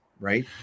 right